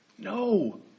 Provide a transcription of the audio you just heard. No